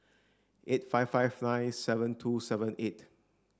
eight five five nine seven two seven eight